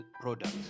products